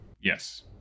Yes